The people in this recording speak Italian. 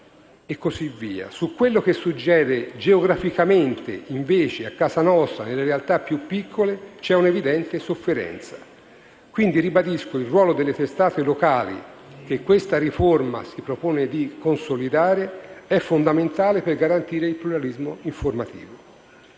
Su quello che succede geograficamente a casa nostra, invece, nelle realtà più piccole, c'è una evidente sofferenza. Ribadisco quindi che il ruolo delle testate locali, che questa riforma si propone di consolidare, è fondamentale per garantire il pluralismo informativo.